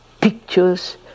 pictures